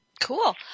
Cool